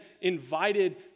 invited